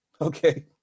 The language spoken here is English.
Okay